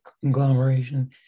conglomeration